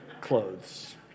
clothes